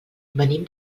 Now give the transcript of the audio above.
venim